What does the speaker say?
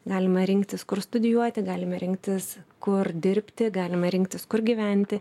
galime rinktis kur studijuoti galime rinktis kur dirbti galime rinktis kur gyventi